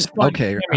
Okay